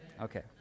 Okay